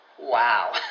Wow